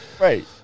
Right